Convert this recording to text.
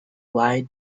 lie